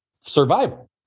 survival